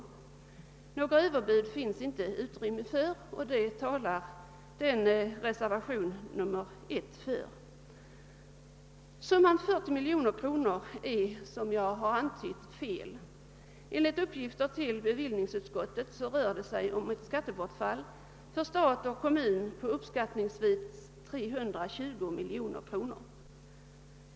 För några överbud finns det inte utrymme; det talar också reservationen 1 för. Summan 40 miljoner kronor är, som jag har antytt, felaktig. Enligt uppgifter till bevillningsutskottet rör det sig om ett skattebortfall för stat och kommun på uppskattningsvis 320 miljoner kronor.